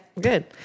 Good